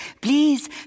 Please